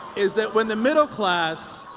is that when the middle class,